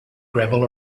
gravel